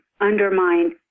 undermined